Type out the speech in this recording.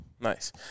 Nice